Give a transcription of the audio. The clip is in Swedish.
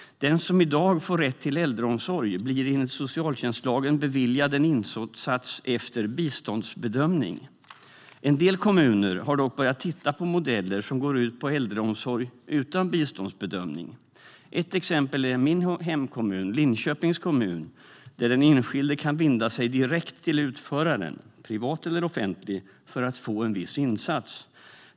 Den som i dag får rätt till äldreomsorg blir enligt socialtjänstlagen beviljad en insats efter biståndsbedömning. En del kommuner har dock börjat titta på modeller som går ut på äldreomsorg utan biståndsbedömning. Ett exempel är min hemkommun, Linköpings kommun, där den enskilde kan vända sig direkt till utföraren, privat eller offentlig, för att få en viss insats.